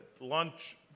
lunch